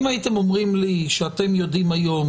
אם הייתם אומרים לי שאתם יודעים היום